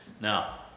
Now